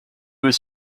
was